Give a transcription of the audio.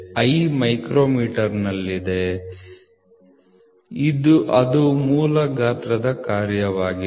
ಅದು ಮೂಲ ಗಾತ್ರದ ಕಾರ್ಯವಾಗಿದೆ